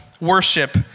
worship